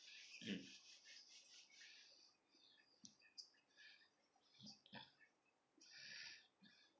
mm